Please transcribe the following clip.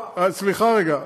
או-אה, אתה לא, סליחה רגע.